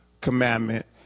commandment